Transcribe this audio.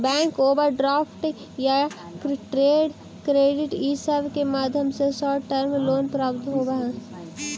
bank overdraft या trade credit इ सब के माध्यम से शॉर्ट टर्म लोन प्राप्त होवऽ हई